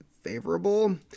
favorable